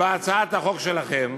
בהצעת החוק שלכם,